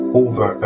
over